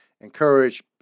encourage